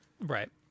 right